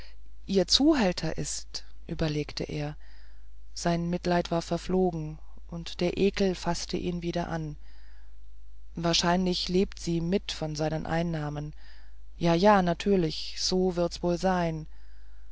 ihr zuhälter ist überlegte er sein mitleid war verflogen und der ekel faßte ihn wieder an wahrscheinlich lebt sie mit von seinen einnahmen jaja natürlich so wird's wohl sein